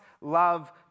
love